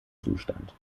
zustand